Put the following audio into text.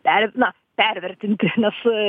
per na pervertinti nes